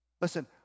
Listen